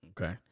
Okay